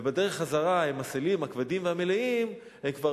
ובדרך חזרה עם הסלים הכבדים והמלאים הם כבר